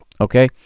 Okay